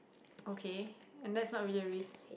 okay and that's not really a risk